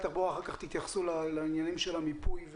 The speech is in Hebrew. משרד התחבורה, אחר כך תתייחסו לעניינים של המיפוי.